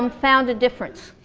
um found a difference?